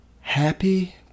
Happy